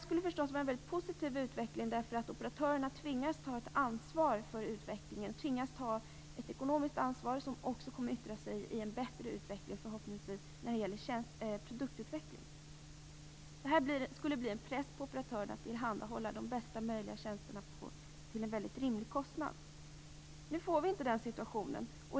Det vore annars en positiv utveckling, eftersom operatörerna då tvingas att ta ett ekonomiskt ansvar som förhoppningsvis skulle leda till en bättre utveckling när det gäller produktutveckling. Det skulle också bli en press på operatörerna att tillhandahålla de bästa möjliga tjänsterna till en rimlig kostnad. Nu får vi inte den situationen.